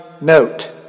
note